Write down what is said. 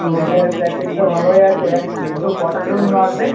ড্রোনের প্যাকেজটা ভালোই আছে তো কটা ড্রোন লাগবে